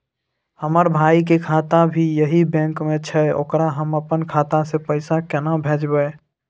हमर भाई के खाता भी यही बैंक में छै ओकरा हम अपन खाता से पैसा केना भेजबै?